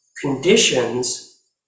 conditions